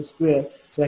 01520